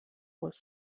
was